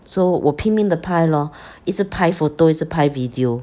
so 我拼命的拍 lor 一直拍 photo 一直拍 video